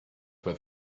with